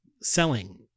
selling